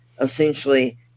essentially